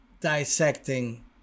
dissecting